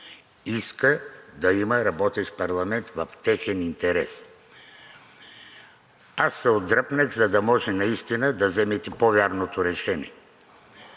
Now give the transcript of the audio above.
иска да има работещ парламент в техен интерес. Аз се отдръпнах, за да може наистина да вземете по-вярното решение.